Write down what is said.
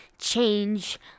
change